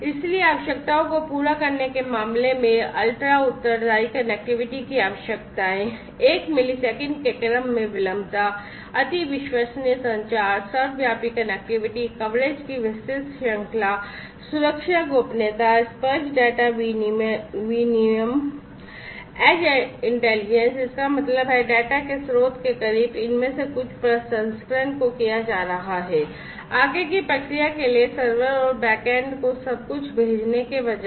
इसलिए आवश्यकताओं को पूरा करने के मामले में अल्ट्रा उत्तरदायी कनेक्टिविटी की आवश्यकताएं 1 मिलीसेकंड के क्रम में विलंबता अति विश्वसनीय संचार सर्वव्यापी कनेक्टिविटी कवरेज की विस्तृत श्रृंखला सुरक्षा गोपनीयता स्पर्श डेटा विनिमय एज इंटेलिजेंस इसका मतलब है डेटा के स्रोत के करीब इनमें से कुछ प्रसंस्करण को किया जा रहा है आगे की प्रक्रिया के लिए सर्वर और बैक एंड को सब कुछ भेजने के बजाय